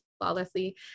flawlessly